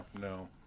no